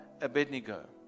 Abednego